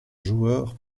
joueur